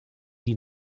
die